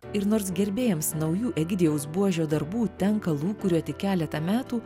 ir nors gerbėjams naujų egidijaus buožio darbų tenka lūkuriuoti keletą metų